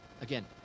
Again